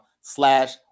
slash